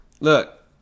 Look